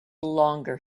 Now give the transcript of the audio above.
longer